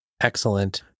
excellent